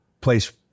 place